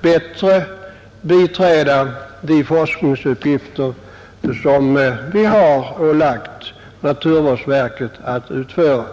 bättre stödja de forskningsuppgifter som vi har ålagt naturvårdsverket att utföra.